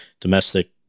domestic